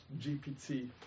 GPT